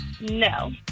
No